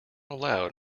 allowed